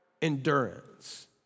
endurance